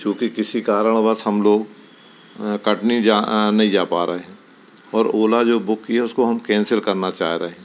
चूँकि किसी कारणवश हम लोग कटनी जा नहीं जा पा रहे हैं और ओला जो बुक की है उसको हम कैंसल करना चाह रहे हैं